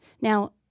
Now